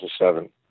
2007